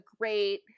great